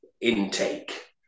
intake